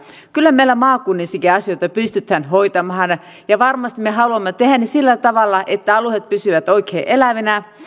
kyllä meillä maakunnissakin asioita pystytään hoitamaan ja varmasti me haluamme tehdä sillä tavalla että alueet pysyvät oikein elävinä